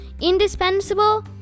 indispensable